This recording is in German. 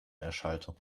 erschallte